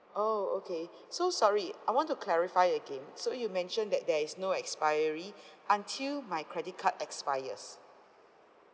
orh okay so sorry I want to clarify again so you mentioned that there is no expiry until my credit card expires